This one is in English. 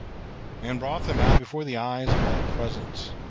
and brought them out before the eyes of all present,